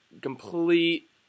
complete